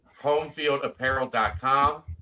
homefieldapparel.com